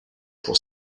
pour